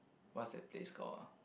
what's that place called ah